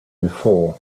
before